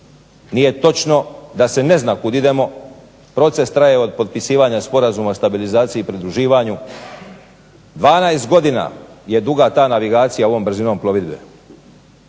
nije točno da se ne zna kuda idemo. Proces traje od potpisivanja Sporazuma o stabilizaciji i pridruživanju. 12 godina je duga ta navigacija ovom brzinom plovidbe.